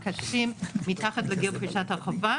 מה ההגדרה?